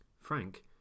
Frank